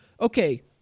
Okay